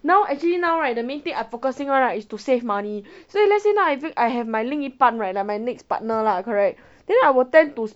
now actually now right the main thing I focusing on right is to save money so if let's say now I think I have my 另一半 right like my next partner lah correct then I will tend to